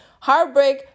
heartbreak